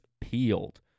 peeled